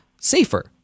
safer